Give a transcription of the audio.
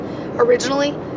originally